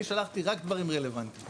אני שלחתי רק דברים רלוונטיים.